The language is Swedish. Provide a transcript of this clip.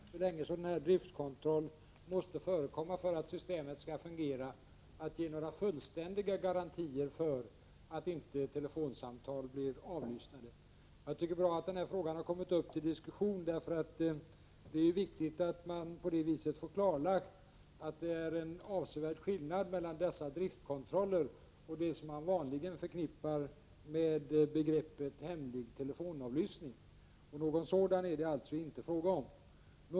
Herr talman! Det är naturligtvis svårt att så länge som denna driftkontroll måste förekomma för att systemet skall fungera ge några fullständiga garantier för att telefonsamtal inte blir avlyssnade. Jag tycker att det är bra att den här frågan kommit upp till diskussion, eftersom det är viktigt att få klargöra att det är en avsevärd skillnad mellan driftkontrollerna och det som man vanligen förknippar med begreppet hemlig telefonavlyssning. Någon sådan är det alltså inte fråga om.